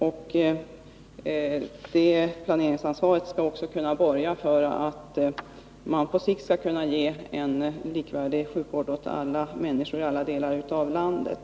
Landstingens planeringsansvar skall också kunna borga för att man på sikt skall kunna ge en likvärdig sjukvård åt alla människor i alla delar av landet.